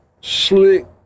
slick